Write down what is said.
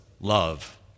Love